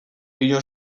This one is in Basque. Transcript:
inor